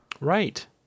Right